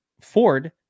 Ford